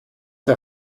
der